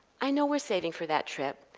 i know we are saving for that trip,